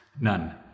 None